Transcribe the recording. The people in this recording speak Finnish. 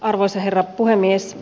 arvoisa herra puhemies